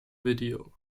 video